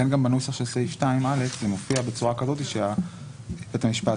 לכן גם בנוסח של סעיף 2א זה מופיע בצורה כזאת שלבית המשפט